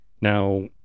Now